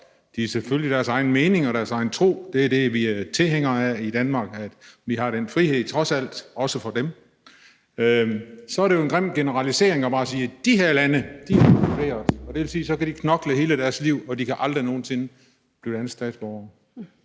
De har selvfølgelig deres egne meninger og deres egen tro. Det er det, vi er tilhængere af i Danmark, nemlig at der trods alt også er den frihed for dem. Så er det jo en grim generalisering bare at sige: Folk fra de her lande skal ekskluderes, og det vil sige, at de kan knokle hele deres liv, men de kan aldrig nogen sinde blive danske statsborgere.